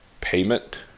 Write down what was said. payment